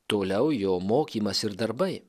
toliau jo mokymas ir darbai